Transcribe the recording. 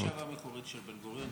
זה לא המחשבה המקורית של בן-גוריון,